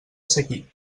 seguit